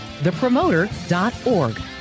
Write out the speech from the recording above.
thepromoter.org